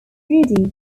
rudi